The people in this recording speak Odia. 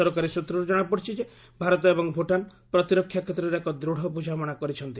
ସରକାରୀ ସ୍ତ୍ରରୁ ଜଣାପଡ଼ିଛି ଯେ ଭାରତ ଏବଂ ଭୂଟାନ ପ୍ରତିରକ୍ଷା କ୍ଷେତ୍ରରେ ଏକ ଦୃଢ଼ ବୁଝାମଣା କରିଛନ୍ତି